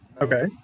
okay